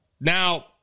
Now